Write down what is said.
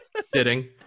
sitting